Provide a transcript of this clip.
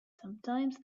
sometimes